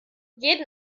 jeden